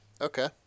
Okay